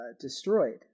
destroyed